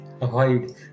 Avoid